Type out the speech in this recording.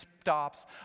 stops